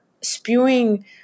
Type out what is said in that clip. spewing